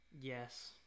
Yes